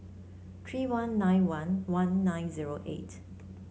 three one nine one one nine zero eight